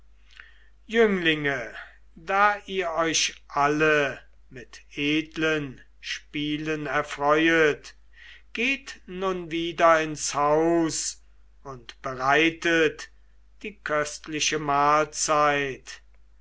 jünglinge da ihr euch alle mit edlen spielen erfreuet geht nun wieder ins haus und bereitet die köstliche mahlzeit